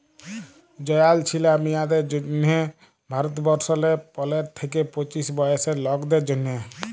জয়াল ছিলা মিঁয়াদের জ্যনহে ভারতবর্ষলে পলের থ্যাইকে পঁচিশ বয়েসের লকদের জ্যনহে